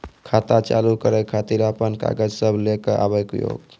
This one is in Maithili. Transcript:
खाता चालू करै खातिर आपन कागज सब लै कऽ आबयोक?